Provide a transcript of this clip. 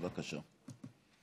בבקשה.